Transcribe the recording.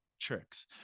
tricks